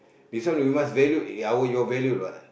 this one we must value our your value what